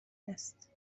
است